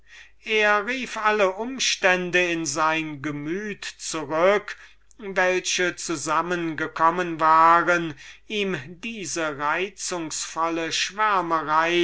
er rief alle umstände in sein gemüte zurück welche zusammen gekommen waren ihm diese reizungsvolle